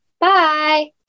Bye